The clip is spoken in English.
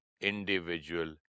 Individual